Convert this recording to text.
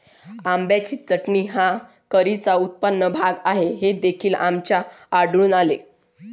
आंब्याची चटणी हा करीचा उत्तम भाग आहे हे देखील आम्हाला आढळून आले